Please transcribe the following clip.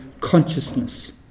consciousness